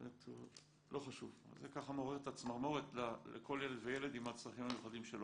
זה ככה מעורר את הצמרמורת לכל ילד וילד עם הצרכים המיוחדים שלו.